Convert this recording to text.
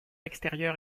extérieur